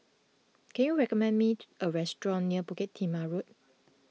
can you recommend me a restaurant near Bukit Timah Road